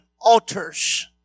altars